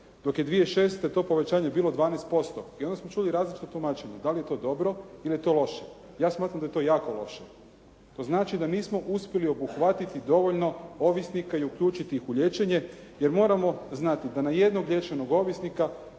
dok je 2006. to povećanje bilo 12% i onda smo čuli različita tumačenja dali je to dobro ili je to loše. Ja smatram da je to jako loše. To znači da nismo uspjeli obuhvatiti dovoljno ovisnika i uključiti ih u liječenje, jer moramo znati da na jednog liječenog ovisnika